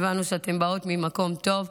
הבנו שאתן באות ממקום טוב,